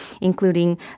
including